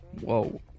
Whoa